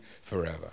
forever